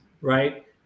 right